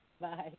Bye